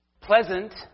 Pleasant